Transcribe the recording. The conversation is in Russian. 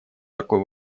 такой